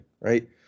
Right